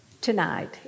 tonight